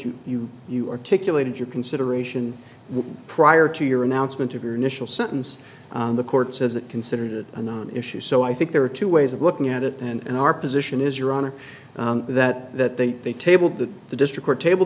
you you you articulated your consideration prior to your announcement of your initial sentence on the court says it considered it a non issue so i think there are two ways of looking at it and our position is your honor that that they they tabled that the district or table